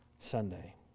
Sunday